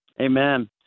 Amen